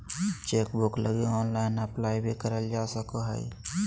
chequebook लगी online apply भी करल जा सको हइ